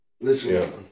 Listen